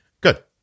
Good